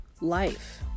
life